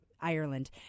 Ireland